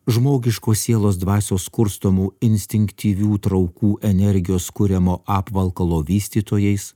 žmogiškos sielos dvasios kurstomų instinktyvių traukų energijos kuriamo apvalkalo vystytojais